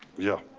yeah.